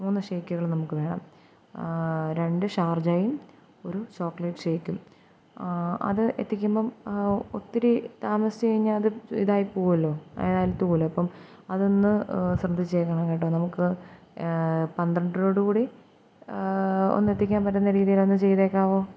മൂന്ന് ഷേക്കുകൾ നമുക്ക് വേണം രണ്ട് ഷാർജയും ഒരു ചോക്ലേറ്റ് ഷേക്കും അത് എത്തിക്കുമ്പോള് ഒത്തിരി താമസിച്ച് കഴിഞ്ഞാല് അത് ഇതായി പോകുമല്ലോ അലിത്ത് പോകുമല്ലോ അപ്പോള് അതൊന്ന് ശ്രദ്ധിച്ചേക്കണം കേട്ടോ നമുക്ക് പന്ത്രണ്ടരയോടുകൂടി ഒന്നെത്തിക്കാന് പറ്റുന്ന രീതിയിലൊന്ന് ചെയ്തേക്കാമോ